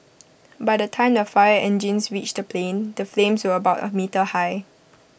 by the time the fire engines reached the plane the flames were about A meter high